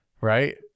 right